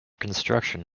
construction